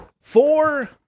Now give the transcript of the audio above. four